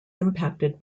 impacted